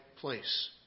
place